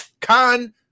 con